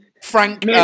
Frank